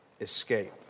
escape